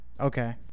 okay